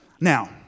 Now